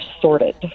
sorted